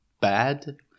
bad